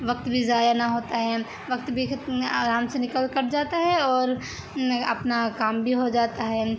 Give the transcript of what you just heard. وقت بھی ضائع نہ ہوتا ہے وقت بھی آرام سے نکل کٹ جاتا ہے اور میں اپنا کام بھی ہو جاتا ہے